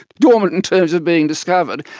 dormant in terms of being discovered.